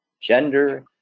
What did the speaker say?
gender